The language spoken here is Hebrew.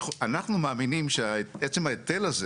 אנחנו מאמינים שעצם ההיטל הזה